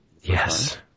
Yes